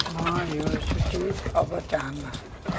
म यो सूची अब चाहन्न